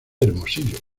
hermosillo